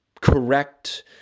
correct